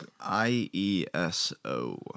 I-E-S-O